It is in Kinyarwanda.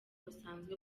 basanzwe